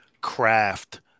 craft –